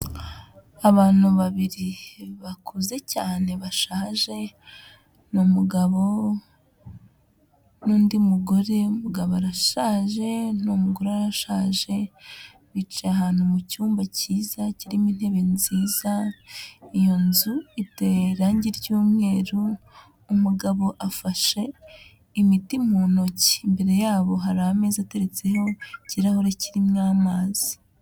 Abantu babiri bakuze cyane bashaje ni umugabo n'undi mugore, umugabo arashaje n'uwomugore arashaje bicaye ahantu mu cyumba cyiza kirimo intebe nziza, iyo nzu iteye irangi ry'umweru, umugabo afashe imiti mu ntoki, imbere yabo hari ameza ateretseho ikirahure kirimo amazi.